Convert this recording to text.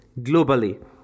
globally